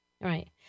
Right